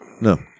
No